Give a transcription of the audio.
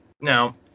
Now